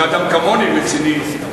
שאדם כמוני הוא רציני,